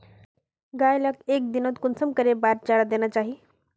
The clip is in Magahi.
गाय लाक एक दिनोत कुंसम करे बार चारा देना चही?